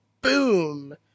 boom